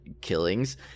killings